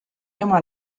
ema